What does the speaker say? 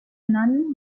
non